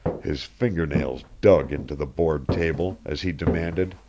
his finger-nails dug into the board table, as he demanded,